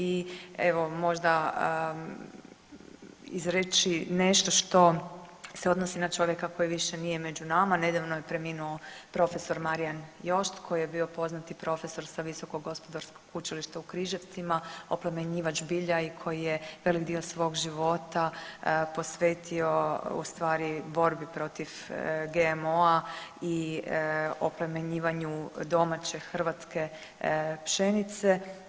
I evo možda izreći nešto što se odnosi na čovjeka koji više nije među nama, nedavno je preminuo prof. Marijan Jošt koji je bio poznati profesor sa Visokog gospodarskog učilišta u Križevicima, opljemenjivač bilja ikoji je velik dio svog života posvetio ustvari borbi protiv GMO-a i oplemenjivanju domaće hrvatske pšenice.